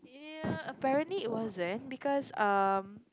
ya apparently it was then because um